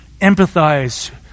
empathize